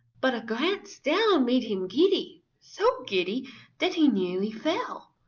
but a glance down made him giddy, so giddy that he nearly fell.